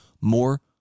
more